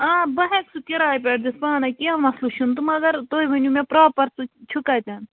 آ بہٕ ہیٚکہِ سُہ کِراے پٮ۪ٹھ دِتھ پانے کیٚنٛہہ مَسلہٕ چھُنہٕ مگر تُہۍ ؤنِو مےٚ پراپر چھُ کَتن